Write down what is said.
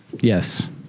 Yes